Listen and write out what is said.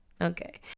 Okay